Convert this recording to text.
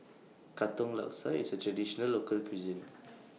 Katong Laksa IS A Traditional Local Cuisine